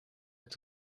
haar